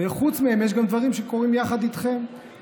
וחוץ מהם יש גם דברים שקורים יחד איתכם,